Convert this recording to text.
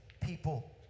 people